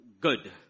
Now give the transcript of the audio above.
good